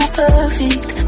perfect